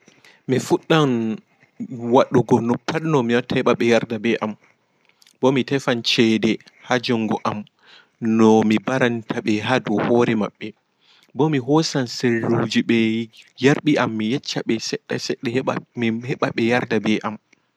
Mi fiɗɗan waɗugo no pat no mi watta heɓa ɓe yerɗa ɓe am ɓo mi tefan ceɗe ha jungo am no mi barandante ɓe hadou hoore maɓɓe bo mi hoosan sirruji ɓe yarɓu am mi yecca ɓe seɗɗa seɗɗa heɓa ɓe yarɗa be am